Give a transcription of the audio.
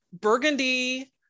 Burgundy